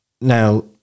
Now